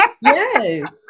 Yes